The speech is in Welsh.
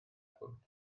pwynt